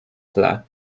tle